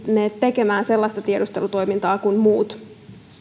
tekemään sellaista tiedustelutoimintaa kuin muut